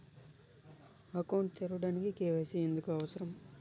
Account తెరవడానికి, KYC ఎందుకు అవసరం?